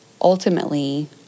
Ultimately